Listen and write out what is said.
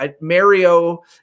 mario